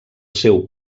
seu